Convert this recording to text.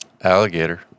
Alligator